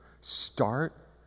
start